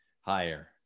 higher